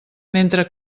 mentre